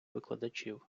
викладачів